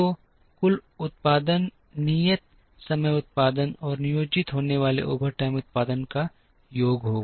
तो कुल उत्पादन नियत समय उत्पादन और नियोजित होने वाले ओवरटाइम उत्पादन का योग होगा